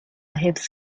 حفظ